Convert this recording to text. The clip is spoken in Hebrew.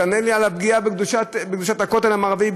תענה לי על הפגיעה בקדושת הכותל המערבי,